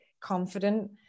confident